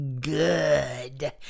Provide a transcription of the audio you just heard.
good